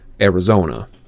Arizona